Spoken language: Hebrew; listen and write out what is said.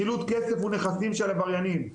חילוט כסף ונכסים של העבריינים.